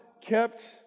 kept